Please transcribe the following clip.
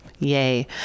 Yay